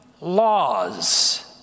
laws